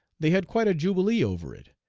they had quite a jubilee over it,